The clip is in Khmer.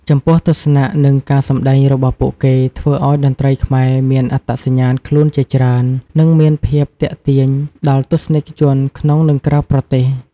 ចំពោះទស្សនៈ និងការសម្តែងរបស់ពួកគេ ធ្វើឲ្យតន្ត្រីខ្មែរ មានអត្តសញ្ញាណខ្លួនជាច្រើន និងមានភាពទាក់ទាញដល់ទស្សនិកជនក្នុង និងក្រៅប្រទេស។